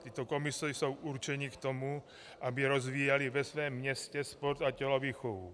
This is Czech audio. Tyto komise jsou určeny k tomu, aby rozvíjely ve svém městě sport a tělovýchovu.